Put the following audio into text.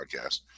podcast